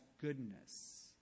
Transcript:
goodness